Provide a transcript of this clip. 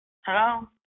Hello